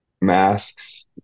masks